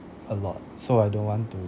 a lot so I don't want to